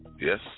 Yes